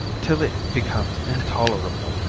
till it becomes intolerable,